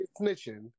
Snitching